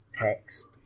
text